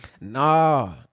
Nah